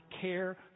care